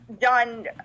done